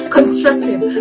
Constructive